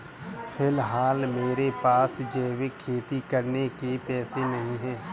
फिलहाल मेरे पास जैविक खेती करने के पैसे नहीं हैं